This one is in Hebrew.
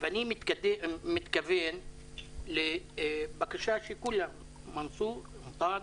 ואני מתכוון לבקשה שכולם, מנסור, אנטאנס,